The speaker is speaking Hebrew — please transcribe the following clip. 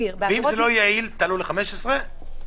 ואם זה לא יהיה יעיל אז תעלו ל-15,000 ש"ח?